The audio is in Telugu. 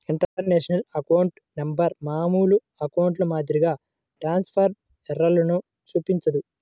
ఇంటర్నేషనల్ అకౌంట్ నంబర్ మామూలు అకౌంట్ల మాదిరిగా ట్రాన్స్క్రిప్షన్ ఎర్రర్లను చూపించదు